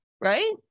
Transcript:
right